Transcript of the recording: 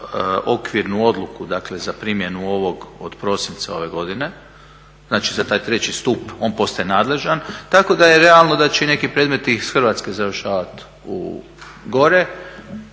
okvirnu odluku dakle za primjenu ovog od prosinca ove godine, znači za taj treći stup on postaje nadležan. Tako da je realno da će i neki predmeti iz Hrvatske završavati gore.